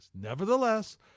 Nevertheless